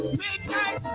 midnight